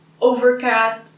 Overcast